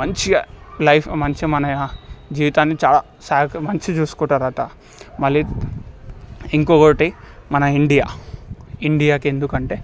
మంచిగా లైఫ్ మంచిగ మన జీవితాన్ని చాలా మంచిగా చూసుకుంటారంతా మళ్లీ ఇంకొకటి మన ఇండియా ఇండియకి ఎందుకంటే